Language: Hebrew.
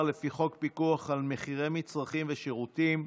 לפי חוק פיקוח על מחירי מצרכים ושירותים,